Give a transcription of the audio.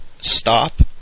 stop